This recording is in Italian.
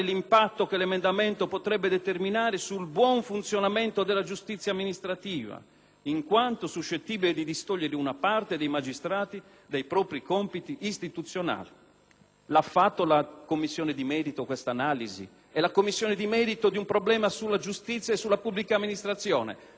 in quanto suscettibile di distogliere una parte dei magistrati dai propri compiti istituzionali. La Commissione di merito ha fatto questa analisi? La Commissione di merito di un problema sulla giustizia e sulla pubblica amministrazione è quella che si occupa dei lavori pubblici o è la Commissione giustizia o la Commissione affari costituzionali?